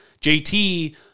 JT